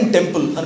Temple